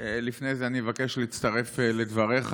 לפני זה אני מבקש להצטרף לדבריך